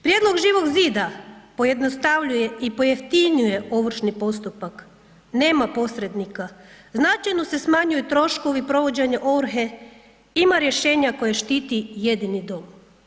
Prijedlog Živog zida pojednostavljuje i pojeftinjuje ovršni postupak, nema posrednika, značajno se smanjuju troškovi provođenja ovrhe, ima rješenja koje štiti jedini dom.